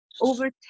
over